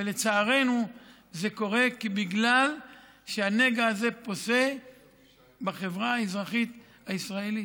ולצערנו זה קורה בגלל שהנגע הזה פושה בחברה האזרחית הישראלית.